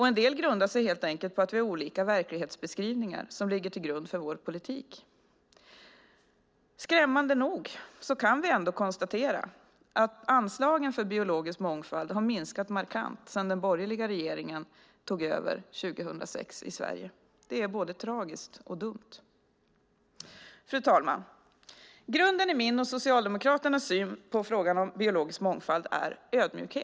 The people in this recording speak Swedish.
En del grundar sig helt enkelt på att vi har olika verklighetsbeskrivningar som ligger till grund för vår politik. Skrämmande nog kan vi ändå konstatera att anslagen för biologisk mångfald har minskat markant sedan den borgerliga regeringen tog över i Sverige 2006. Det är både tragiskt och dumt. Fru talman! Grunden i min och Socialdemokraternas syn på frågan om biologisk mångfald är ödmjukhet.